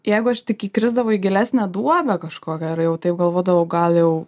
jeigu aš tik įkrisdavau į gilesnę duobę kažkokią ar jau taip galvodavau gal jau